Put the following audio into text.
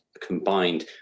combined